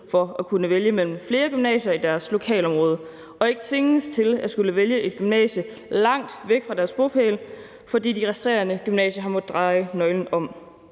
for at kunne vælge mellem flere gymnasier i deres lokalområde og ikke skal tvinges til at skulle vælge et gymnasie langt væk fra deres bopæl, fordi de resterende gymnasier har måttet dreje nøglen om.